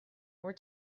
were